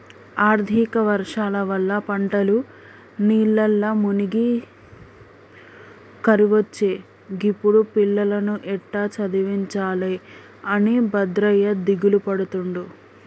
అధిక వర్షాల వల్ల పంటలు నీళ్లల్ల మునిగి కరువొచ్చే గిప్పుడు పిల్లలను ఎట్టా చదివించాలె అని భద్రయ్య దిగులుపడుతుండు